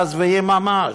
מזוויעים ממש,